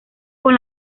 con